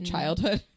childhood